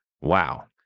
Wow